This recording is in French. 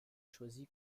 choisi